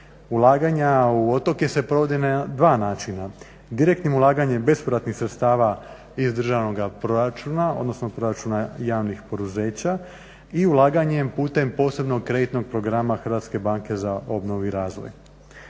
Ulaganja u otoke se provode na dva načina, direktnim ulaganjem bespovratnih sredstava iz državnoga proračuna odnosno proračuna javnih poduzeća i ulaganjem putem posebnog kreditnog programa Hrvatske banke za obnovu i razvoj.